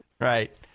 Right